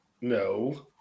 No